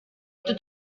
itu